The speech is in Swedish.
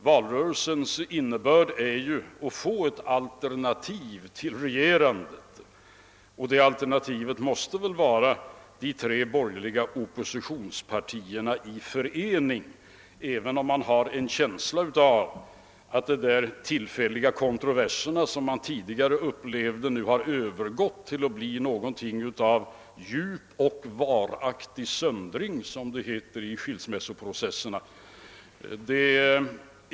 Valrörelsens innebörd är ju att skapa ett alternativ i regerandet, och detta alternativ måste väl under nuvarande förhållanden utgöras av de tre borgerliga oppositionspartierna i förening, även om man har en känsla av att de tillfälliga kotroverser som tidigare förekom har övergått till något av »djup och varaktig söndring», såsom det brukar heta i = skillsmässoprocesserna.